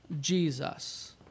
Jesus